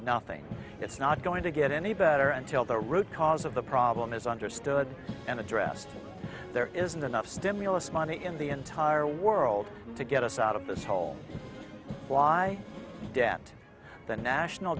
nothing it's not going to get any better until the root cause of the problem is understood and addressed there isn't enough stimulus money in the entire world to get us out of this hole why debt the national